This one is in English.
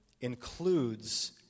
includes